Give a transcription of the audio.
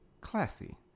classy